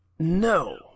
No